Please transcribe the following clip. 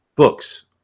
books